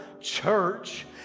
church